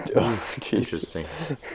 Interesting